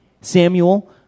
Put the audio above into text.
Samuel